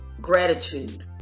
gratitude